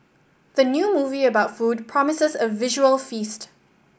the new movie about food promises a visual feast